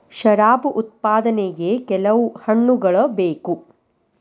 ಶರಾಬು ಉತ್ಪಾದನೆಗೆ ಕೆಲವು ಹಣ್ಣುಗಳ ಬೇಕು